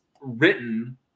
written